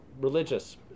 religious